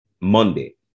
Monday